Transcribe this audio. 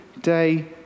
Day